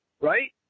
right